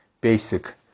basic